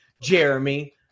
jeremy